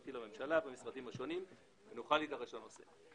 המשפטי לממשלה והמשרדים השונים ונוכל להידרש לנושא".